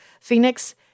Phoenix